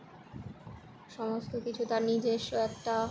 সমস্ত কিছু তার নিজেস্ব একটা